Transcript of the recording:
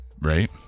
Right